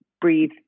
breathe